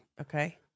Okay